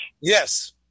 Yes